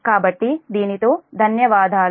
కాబట్టి దానితో ధన్యవాదాలు